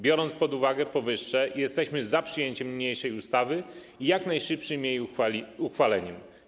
Biorąc pod uwagę powyższe, jesteśmy za przyjęciem niniejszej ustawy i jak najszybszym jej uchwaleniem.